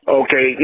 okay